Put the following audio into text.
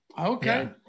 okay